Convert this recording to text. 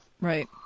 right